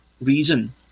reason